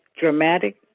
dramatic